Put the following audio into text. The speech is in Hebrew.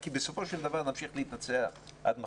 כי בסופו של דבר אנחנו יכולים להמשיך להתנצח עד מחר,